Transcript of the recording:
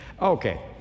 Okay